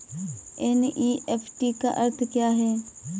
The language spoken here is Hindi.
एन.ई.एफ.टी का अर्थ क्या है?